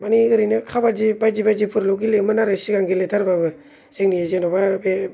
मानि ओरैनो काबादि बायदि बायदिफोरल' गेलेयोमोन आरो सिगां गेलेथार बाबो जोंनि जेन'बा बे